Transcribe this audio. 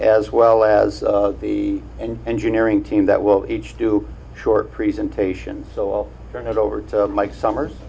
as well as the and engineering team that will each do short present patients so i'll turn it over to mike summers